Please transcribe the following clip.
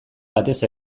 batez